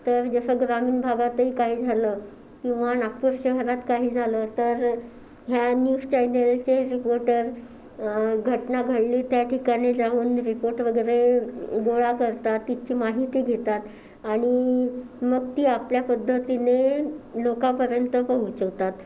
तर जसं ग्रामीण भागातही काही झालं किंवा नागपूर शहरात काही झालं तर ह्या न्यूज चॅनेलचे रिपोर्टर घटना घडली त्या ठिकाणी जाऊन रिपोर्ट वगैरे गोळा करतात तिथली माहिती घेतात आणि मग ती आपल्या पद्धतीने लोकांपर्यंत पोहचवतात